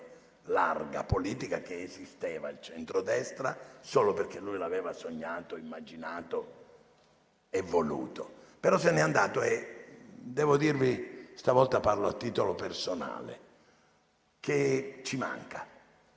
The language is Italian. parte politica che esisteva, il centrodestra, solo perché lui l'aveva sognato, immaginato e voluto. Se n'è andato e devo dirvi - stavolta parlo a titolo personale - che ci manca;